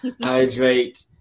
hydrate